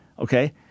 Okay